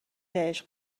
عشق